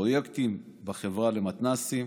פרויקטים בחברה למתנ"סים,